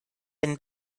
been